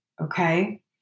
okay